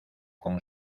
con